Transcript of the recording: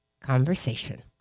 conversation